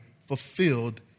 fulfilled